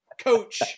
coach